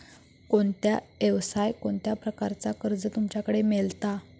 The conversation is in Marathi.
कोणत्या यवसाय कोणत्या प्रकारचा कर्ज तुमच्याकडे मेलता?